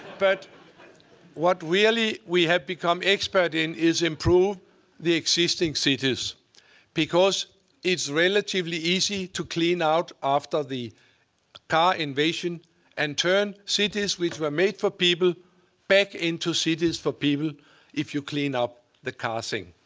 but what really we have become expert in is improve the existing cities because it's relatively easy to clean out after the car invasion and turn cities which were made for people back into cities for people if you clean up the car thing.